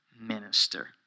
minister